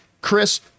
Chris